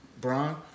Bron